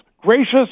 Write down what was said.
gracious